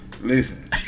Listen